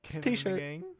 T-shirt